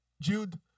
Jude